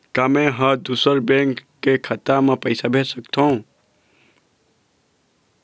का मैं ह दूसर बैंक के खाता म पैसा भेज सकथों?